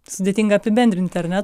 sudėtinga apibendrinti ar ne